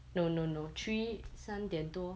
no no no three 三点多